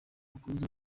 bakomeze